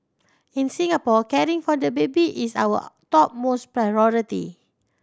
in Singapore caring for the baby is our topmost priority